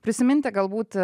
prisiminti galbūt